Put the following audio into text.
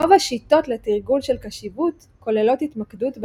רוב השיטות לתרגול של קשיבות כוללות ההתמקדות בנשימה.